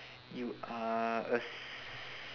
you are a s~